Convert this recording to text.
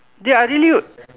they're really